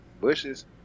bushes